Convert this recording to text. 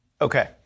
Okay